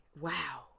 wow